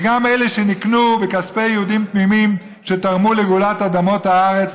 וגם אלה שנקנו בכספי יהודים תמימים שתרמו לגאולת אדמות הארץ,